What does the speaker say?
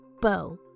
bow